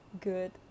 good